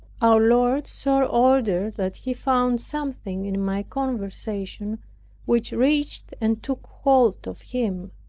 our lord so ordered, that he found something in my conversation which reached and took hold of him.